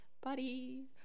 Buddy